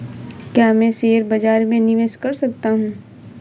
क्या मैं शेयर बाज़ार में निवेश कर सकता हूँ?